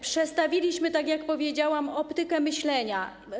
Przedstawiliśmy, tak jak powiedziałam, optykę myślenia.